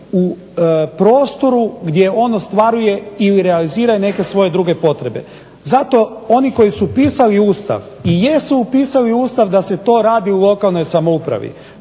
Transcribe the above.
u prostoru gdje on ostvaruje ili realizira neke svoje druge potrebe. Zato oni koji su pisali Ustav i jesu upisali u Ustav da se to radi u lokalnoj samoupravi.